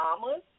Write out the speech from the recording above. mamas